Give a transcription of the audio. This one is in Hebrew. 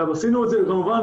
ועשינו את זה כמובן